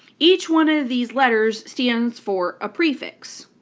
each one of these letters stands for a prefix.